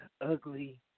ugly